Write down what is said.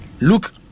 Look